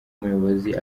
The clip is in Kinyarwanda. umuyobozi